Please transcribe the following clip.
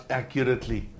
accurately